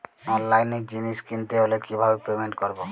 অনলাইনে জিনিস কিনতে হলে কিভাবে পেমেন্ট করবো?